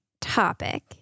topic